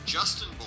Justin